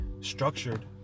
structured